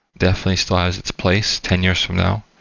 definitely still has its place ten years from now.